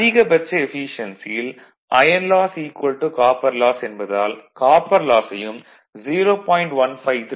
அதிகபட்ச எஃபீசியென்சியில் iron loss copper loss என்பதால் காப்பர் லாஸையும் 0